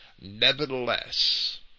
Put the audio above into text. nevertheless